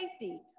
safety